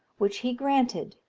which he granted.